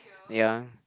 ya